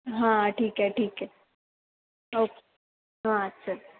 हां ठीक आहे ठीक आहे ओके हां चल